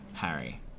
Harry